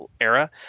era